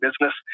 business